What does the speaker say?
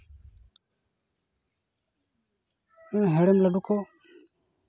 ᱦᱮᱲᱮᱢ ᱞᱟᱹᱰᱩ ᱠᱚ